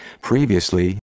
Previously